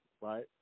right